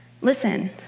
listen